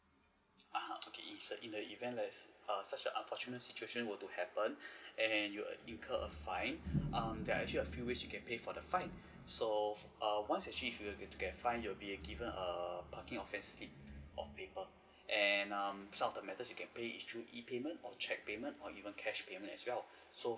uh okay it's a in the event there's err such a unfortunate situation were to happen and you incur a fine um there are actually a few ways you can pay for the fine so err once you actually if you were to get fine you'll be given a parking offence slip of paper and um some of the method you can pay is through E payment or cheque payment or even cash payment as well so